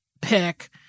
pick